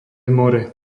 more